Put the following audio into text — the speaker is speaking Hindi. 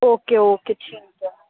ओके ओके ठीक है